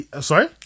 Sorry